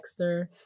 texter